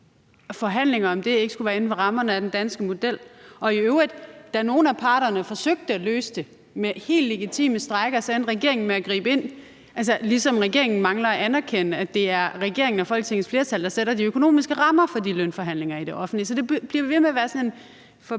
forhandling om det ikke skulle være inden for rammerne af den danske model – og da nogle af parterne i øvrigt forsøgte at løse det gennem helt legitime strejker, endte regeringen med at gribe ind. Regeringen mangler også at anerkende, at det er regeringen og Folketingets flertal, der sætter de økonomiske rammer for lønforhandlingerne i det offentlige. Det bliver ved med at være sådan en